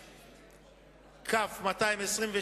כ/222.